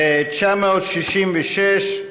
966,